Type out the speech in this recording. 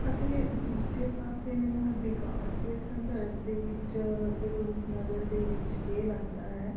ਅਤੇ ਦੂਜੇ ਪਾਸੇ ਮੈਨੂੰ ਵਿਕਾਸ ਦੇ ਸੰਦਰਭ ਦੇ ਵਿੱਚ ਰੂਪਨਗਰ ਦੇ ਵਿੱਚ ਇਹ ਲੱਗਦਾ ਹੈ